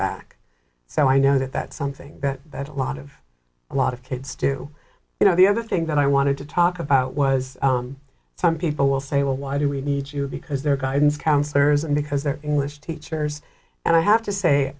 back so i know that that's something that a lot of a lot of kids do you know the other thing that i wanted to talk about was some people will say well why do we need you because their guidance counselors and because they're english teachers and i have to say